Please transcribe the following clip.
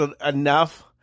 enough